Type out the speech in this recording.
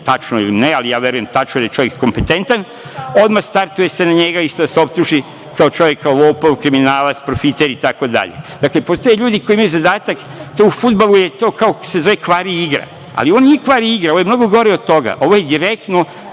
tačno ili ne, ali ja verujem tačno, jer je čovek kompetentan, odmah startuje se na njega da se optuži kao čovek lopov, kao kriminalac, profiter itd. Dakle, postoje ljudi koji imaju zadatak, to u fudbalu se zove „kvariigra“, ali ovo nije „kvarigra“, ovo je mnogo gore od toga. Ovo je direktno